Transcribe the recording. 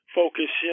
focus